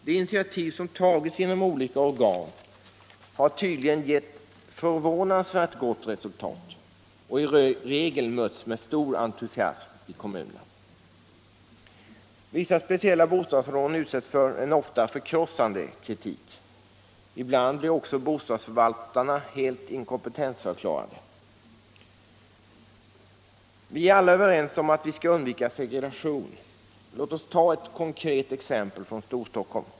De initiativ som tagits genom olika organ har tydligen gett förvånansvärt gott resultat och i regel mötts med stor entusiasm i kommunerna. Vissa speciella bostadsområden utsätts för en ofta förkrossande kritik. Ibland blir också bostadsförvaltarna helt inkompetentförklarade. Vi är alla överens om att vi skall undvika segregation. Låt oss ta ett konkret exempel från Storstockholm.